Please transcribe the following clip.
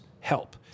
help